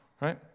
right